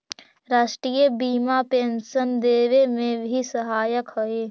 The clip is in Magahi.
राष्ट्रीय बीमा पेंशन देवे में भी सहायक हई